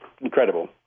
incredible